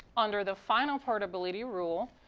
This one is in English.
under the final portability rule,